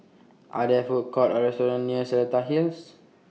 Are There Food Courts Or restaurants near Seletar Hills